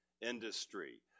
industry